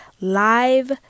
live